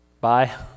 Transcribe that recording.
Bye